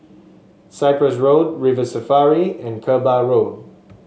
Cyprus Road River Safari and Kerbau Road